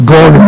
God